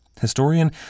Historian